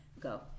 go